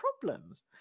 problems